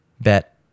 bet